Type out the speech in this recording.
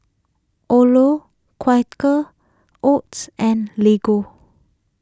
Odlo Quaker Oats and Lego